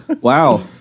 wow